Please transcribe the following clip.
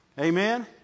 Amen